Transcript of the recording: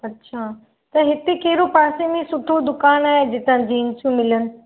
अच्छा त हिते कहिड़ो पासे में सुठो दुकानु आहे जिता जींसियूं मिलनि